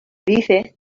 dice